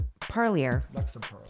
Parlier